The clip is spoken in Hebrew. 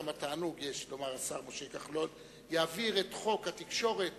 כמה תענוג לומר "השר משה כחלון" יעביר את חוק התקשורת